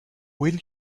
will